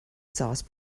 sauce